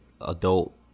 adult